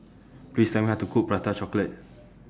Please Tell Me How to Cook Prata Chocolate